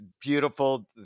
Beautiful